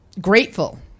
grateful